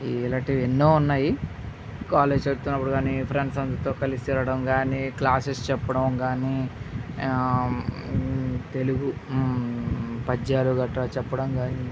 ఇలాంటివి ఎన్నో ఉన్నాయి కాలేజ్ చదువుతున్నప్పుడు కానీ ఫ్రెండ్స్ అందరితో కలిసి తిరగడం గానీ క్లాసెస్ చెప్పడం తెలుగు పద్యాలు గట్రా చెప్పడం కానీ